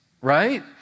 right